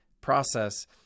process